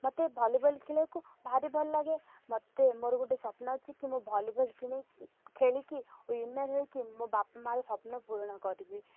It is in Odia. ମତେ ଭଲିବଲ୍ ଖେଳିବାକୁ ଭାରି ଭଲ ଲାଗେ ମତେ ମୋର ଗୋଟେ ସ୍ୱପ୍ନ ଅଛି କି ମୁଁ ଭଲିବଲ୍ କିଣି ଖେଳିକି ୱିନର୍ ହେଇକି ମୋ ବାପା ମାଆର ସ୍ୱପ୍ନ ପୂରଣ କରିବି